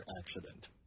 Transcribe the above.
Accident